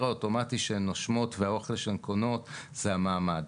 האוטומטי שהן נושמות והאוכל שהן קונות זה המעמד.